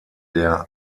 der